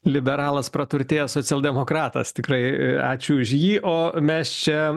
liberalas praturtėjęs socialdemokratas tikrai ačiū už jį o mes čia